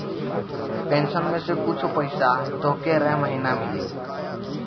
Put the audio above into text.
pension में से कुछ पईसा तोहके रह महिना मिली